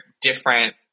different